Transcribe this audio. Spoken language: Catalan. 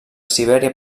sibèria